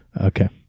Okay